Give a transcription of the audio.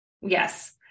Yes